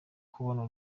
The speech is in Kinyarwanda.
kubona